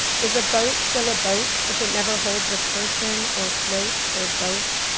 is a boat still a boat if it never holds a person or floats or both?